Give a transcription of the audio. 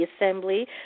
Assembly